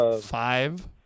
Five